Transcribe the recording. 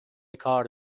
کار